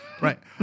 Right